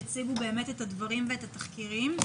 יציגו באמת את הדברים ואת התחקירים.